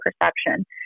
perception